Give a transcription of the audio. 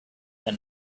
and